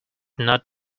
not